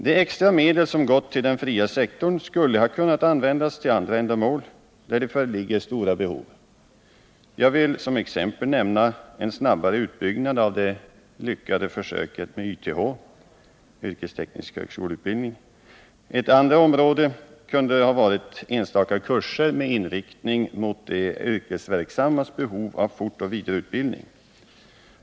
De extra medel som gått till den fria sektorn skulle ha kunnat användas för andra ändamål där det föreligger stora behov. Jag vill som exempel nämna en snabbare utbyggnad av det lyckade försöket med YTH, yrkesteknisk högskoleutbildning. Ett annat område som man skulle ha kunnat satsa på är enstaka kurser med inriktning mot de yrkesverksammas behov av fortoch vidareutbildning.